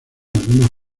algunas